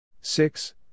Six